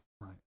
Right